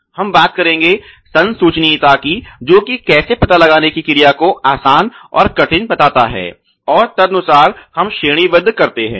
और अब हम बात करेंगे संसूचनीयता की जो कि कैसे पता लगाने कि क्रिया को आसान और कठिन बताता है और तदनुसार हम श्रेणीबद्ध करते हैं